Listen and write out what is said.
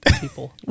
people